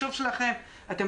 כלומר,